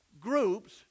groups